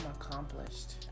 accomplished